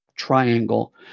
Triangle